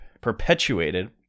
Perpetuated